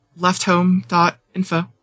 lefthome.info